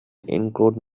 includes